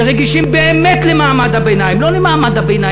שרגישים באמת למעמד הביניים,